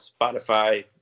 Spotify